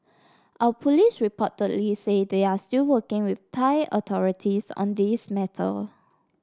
our police reportedly say they are still working with Thai authorities on this matter